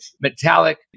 metallic